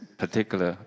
particular